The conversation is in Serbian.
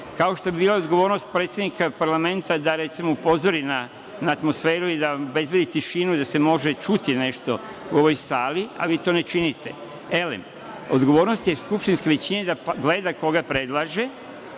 kao što bi bila odgovornost predsednika parlamenta da, recimo, upozori na atmosferu i da nam obezbedi tišinu, da se može nešto čuti u ovoj sali, a vi to ne činite. Elem, odgovornost je skupštinske većine da gleda koga predlaže